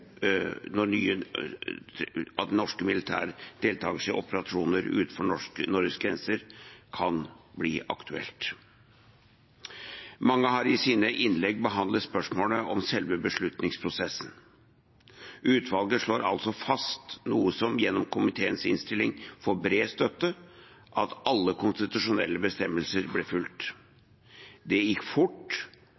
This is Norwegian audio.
når det eventuelt en annen gang, senere, kan bli aktuelt med norsk militær deltakelse i operasjoner utenfor Norges grenser. Mange har i sine innlegg behandlet spørsmålet om selve beslutningsprosessen. Utvalget slår altså fast noe som gjennom komiteens innstilling får bred støtte: at alle konstitusjonelle bestemmelser ble fulgt.